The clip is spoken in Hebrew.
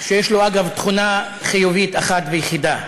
יש לו, אגב, תכונה חיובית אחת ויחידה.